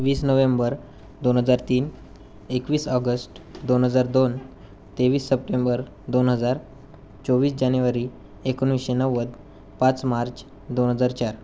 वीस नोव्हेंबर दोन हजार तीन एकवीस ऑगस्ट दोन हजार दोन तेवीस सप्टेंबर दोन हजार चोवीस जानेवारी एकोणवीसशे नव्वद पाच मार्च दोन हजार चार